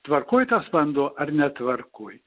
tvarkoj tas vanduo ar netvarkoj